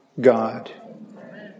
God